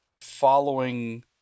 following